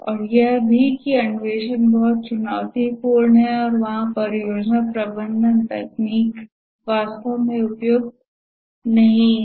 और यह भी कि अन्वेषण बहुत चुनौतीपूर्ण है और वहाँ परियोजना प्रबंधन तकनीक वास्तव में उपयुक्त नहीं हैं